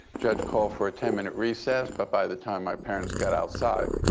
judge called for a ten minute recess. but by the time my parents got outside,